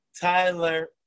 Tyler